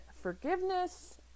forgiveness